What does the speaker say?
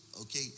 okay